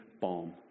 balm